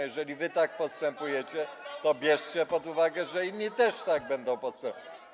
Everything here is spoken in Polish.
Jeżeli wy tak postępujecie, to bierzcie pod uwagę, że inni też tak będą postępować.